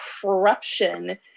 corruption